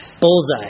Bullseye